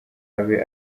abe